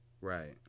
Right